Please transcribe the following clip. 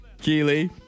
keely